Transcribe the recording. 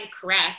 correct